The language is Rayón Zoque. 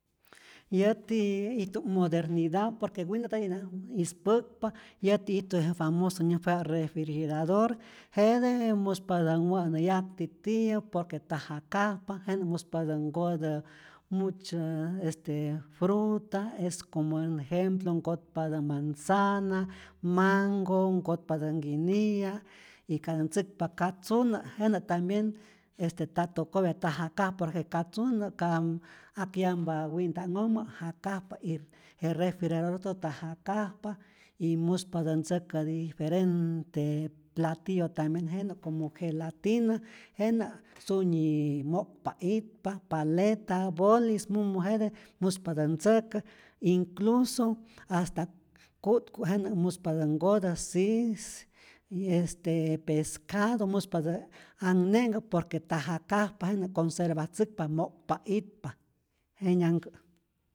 Yäti ijtu'p modernida por que wina' nta'ijna ispäkpa, yäti ijtu je famoso nyäjayajpapä refrigerador, jete muspatä wä'nä yakti tiyä por que ta jakajpa, jenä muspatä nkotä mucho este fruta, es como ejemplo nkotpatä manzana, mango, nkotpatä nkiniya y katä ntzäkpa katzunä', jenä tambien este nta tokopya, nta jakajpa, por que katzunä' kam ak yampa winta'nhojmä jakajpa y refrigeradortoj nta jakajpa, y muspatä ntzäkä diferente platiyo tambien jenä como gelatina, jenä sunyi mokpa itpa, paleta, bolis mumu jete muspatä ntzäkä, incluso hasta ku'tku jenä muspatä nkotä, sis y este pescado muspatä anhne'nhkä, por que ta jakajpa, jenä conservatzäkpa, mo'kpa itpa, jenyanhkä'.